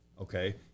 okay